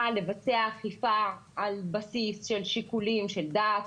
לבצע אכיפה על בסיס של שיקולים דת,